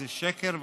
זה שקר וכזב.